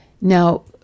Now